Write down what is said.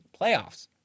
playoffs